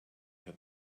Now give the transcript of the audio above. had